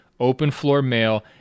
openfloormail